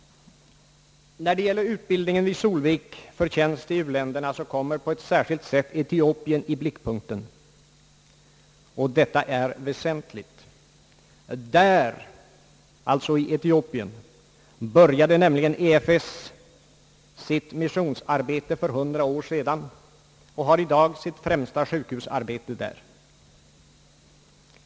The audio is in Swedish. När det gäller utbildningen vid Solvik för tjänst i u-länderna, kommer Etiopien på ett särskilt sätt i blickpunkten. och detta är väsentligt. Där började EFS sitt missionsarbete för hundra år sedan, och stiftelsen har i dag sitt främsta sjukhusarbete där.